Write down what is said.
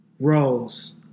Roles